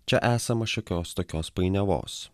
čia esama šiokios tokios painiavos